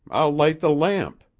i'll light the lamp,